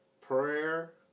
prayer